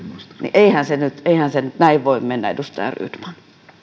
eihän se nyt näin voi mennä edustaja rydman